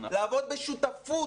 לעבוד בשותפות,